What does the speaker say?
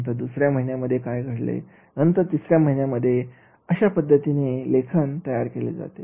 नंतर दुसर्या महिन्यामध्ये काय घडले नंतर तिसऱ्या महिन्यामध्ये अशा पद्धतीने लेखन केले जाते